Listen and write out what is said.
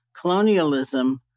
colonialism